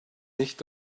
nicht